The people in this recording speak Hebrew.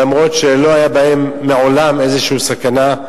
למרות שמעולם לא היתה מהם שום סכנה.